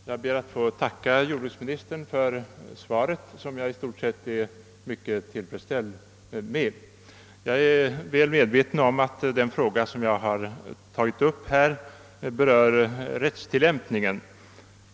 Herr talman! Jag ber att få tacka jordbruksministern för svaret som jag i stort sett är mycket tillfredsställd med. Jag är väl medveten om att den fråga som jag tagit upp berör rättstillämpningen.